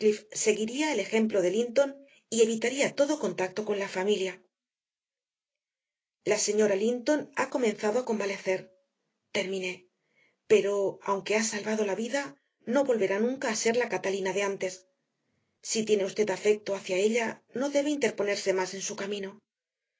seguiría el ejemplo de linton y evitaría todo contacto con la familia la señora linton ha comenzado a convalecer terminé pero aunque ha salvado la vida no volverá nunca a ser la catalina de antes si tiene usted afecto hacia ella no debe interponerse más en su camino